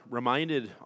reminded